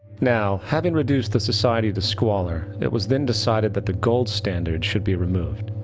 now, having reduced the society to squalor, it was then decided that the gold standard should be removed.